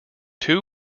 two